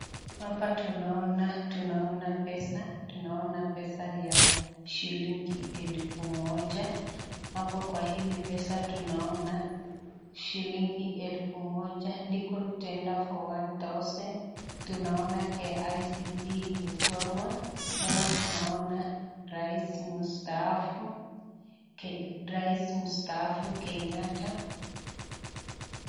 Hapa tunaona pesa. Tunaona pesa ya shilingi elfu moja. Hapa kwa hili pesa tunaona shilingi elfu moja [legal tender for one thousand]. Tunaona KICC imechorwa, tena tunaona rais mustaafu. Rais mustaafu Kenyatta.